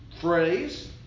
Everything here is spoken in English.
phrase